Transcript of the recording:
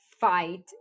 fight